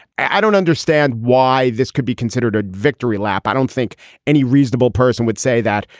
i don't understand why this could be considered a victory lap. i don't think any reasonable person would say that.